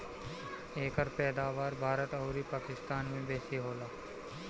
एकर पैदावार भारत अउरी पाकिस्तान में बेसी होला